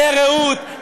לרעות,